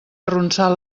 arronsar